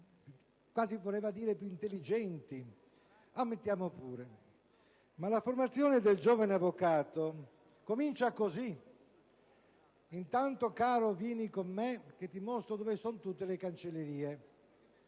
certamente i più intelligenti; ammettiamolo pure. Ma la formazione del giovane avvocato comincia così: «Intanto, caro, vieni con me, che ti mostro dove son tutte le cancellerie.